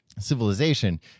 civilization